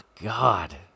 God